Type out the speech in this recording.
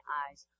eyes